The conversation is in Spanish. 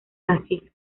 brasil